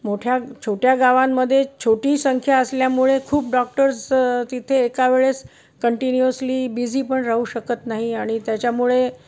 मोठ्या छोट्या गावांमध्ये छोटी संख्या असल्यामुळे खूप डॉक्टर्स तिथे एका वेळेस कंटिन्यूअसली बिझी पण राहू शकत नाही आणि त्याच्यामुळे